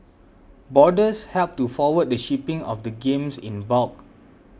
boarders helped to forward the shipping of the games in bulk